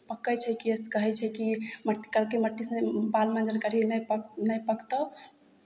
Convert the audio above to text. पकै छै केश तऽ कहै छै कि मट्टी करकी मट्टीसँ बाल माँजल करही नहि पक नहि पकतहु